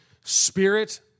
Spirit